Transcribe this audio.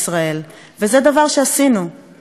וזה דבר שעשינו והגשמנו.